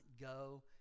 go